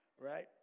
Right